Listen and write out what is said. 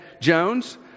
Jones